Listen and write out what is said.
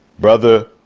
brother,